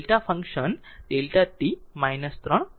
તે Δ function Δ t 3 Δ t 6 બરાબર હશે